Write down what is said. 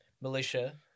militia